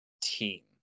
team